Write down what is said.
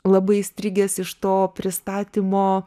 labai įstrigęs iš to pristatymo